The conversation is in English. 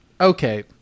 Okay